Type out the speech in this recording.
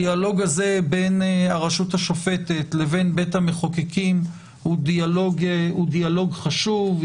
הדיאלוג בין הרשות השופטת לבין בית המחוקקים היא דיאלוג חשוב,